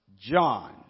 John